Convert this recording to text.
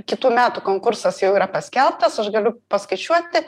kitų metų konkursas jau yra paskelbtas aš galiu paskaičiuoti